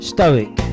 Stoic